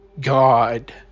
God